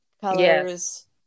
colors